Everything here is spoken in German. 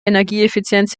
energieeffizienz